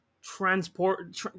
transport